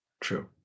True